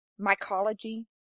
Mycology